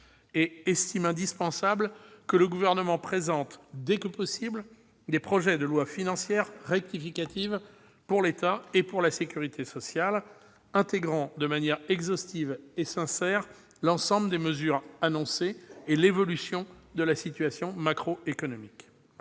et « estime indispensable que le Gouvernement présente, dès que possible, des projets de lois financières rectificatives, pour l'État et pour la sécurité sociale, intégrant de manière exhaustive et sincère l'ensemble des mesures annoncées ainsi que les conséquences de l'évolution de la situation macroéconomique